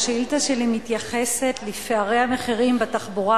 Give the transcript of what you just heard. השאילתא שלי מתייחסת לפערי המחירים בתחבורה